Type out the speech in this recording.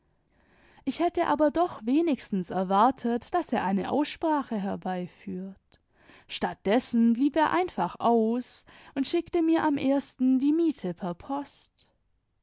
ich hätte aber doch wenigstens erwartet daß er eine aussprache herbeiführt statt dessen blieb er einfach aus und schickte mir am ersten die miete per post